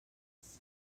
ets